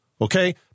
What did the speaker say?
okay